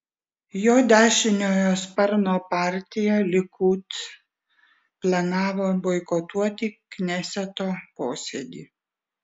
jo dešiniojo sparno partija likud planavo boikotuoti kneseto posėdį